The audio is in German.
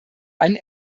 einen